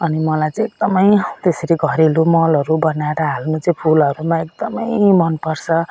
अनि मलाई चाहिँ एकदम त्यसरी घरेलु मलहरू बनाएर हाल्नु चाहिँ फुलहरूमा एकदम मन पर्छ